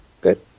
good